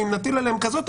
אם נטיל עליהם כזו עלות,